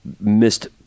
Missed